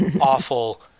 awful